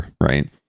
right